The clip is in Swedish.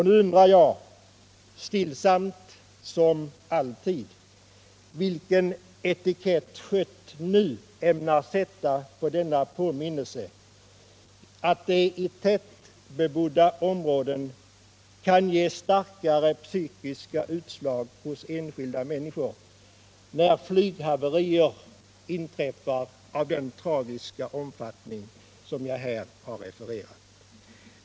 Nu undrar jag — stillsamt som alltid — vilken etikett herr Schött ämnar sätta på denna påminnelse om att det i tätbebodda områden kan ge starkare psykiska utslag hos enskilda människor när flyghaverier inträffar av den tragiska omfattning som jag här har refererat.